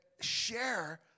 share